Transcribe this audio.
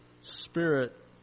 spirit